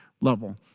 level